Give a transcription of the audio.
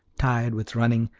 tired with running,